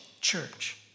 church